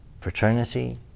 fraternity